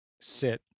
sit